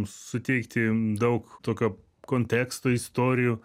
suteikti daug tokio konteksto istorijų